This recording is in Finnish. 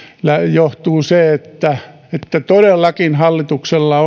johtuu se että että todellakin hallituksella